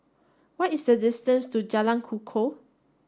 what is the distance to Jalan Kukoh